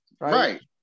right